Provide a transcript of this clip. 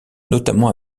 notamment